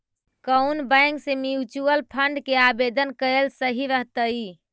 कउन बैंक से mutual fund के आवेदन कयल सही रहतई?